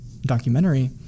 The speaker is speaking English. documentary